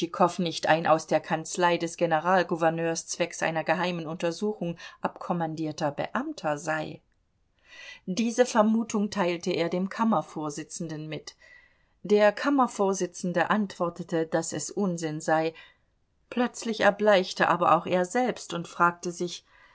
tschitschikow nicht ein aus der kanzlei des generalgouverneurs zwecks einer geheimen untersuchung abkommandierter beamter sei diese vermutung teilte er dem kammervorsitzenden mit der kammervorsitzende antwortete daß es unsinn sei plötzlich erbleichte aber auch er selbst und fragte sich